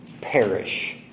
perish